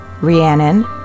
Rhiannon